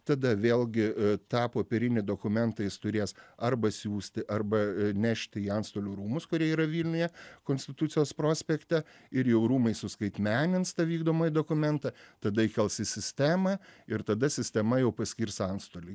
tada vėlgi tą popierinį dokumentą jis turės arba siųsti arba nešti į antstolių rūmus kurie yra vilniuje konstitucijos prospekte ir jau rūmai suskaitmenins tą vykdomąjį dokumentą tada įkels į sistemą ir tada sistema jau paskirs antstolį